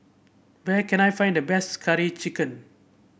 where can I find the best Curry Chicken